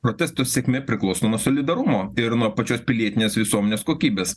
protesto sėkmė priklauso nuo solidarumo ir nuo pačios pilietinės visuomenės kokybės